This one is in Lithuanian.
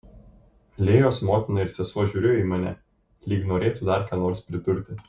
lėjos motina ir sesuo žiūrėjo į mane lyg norėtų dar ką nors pridurti